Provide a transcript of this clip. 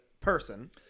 person